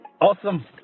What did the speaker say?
Awesome